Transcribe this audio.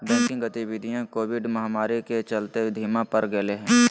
banking गतिवीधियां COVID महामारी के चलते धीमा पड़ गेले हें